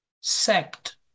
sect